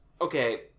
okay